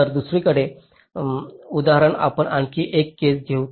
तर दुसरे उदाहरण आपण आणखी एक केस घेऊ